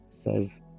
says